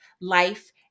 life